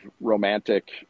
romantic